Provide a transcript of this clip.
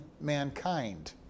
mankind